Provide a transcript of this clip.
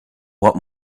what